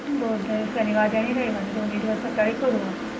दोन दि शनिवारी या आणि रविवारी दोन्ही दिवस सकाळी करू आपण